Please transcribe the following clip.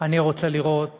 אני רוצה לראות